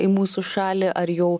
į mūsų šalį ar jau